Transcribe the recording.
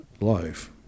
life